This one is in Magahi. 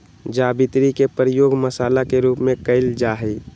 जावित्री के उपयोग मसाला के रूप में कइल जाहई